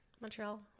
Montreal